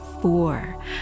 four